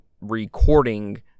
recording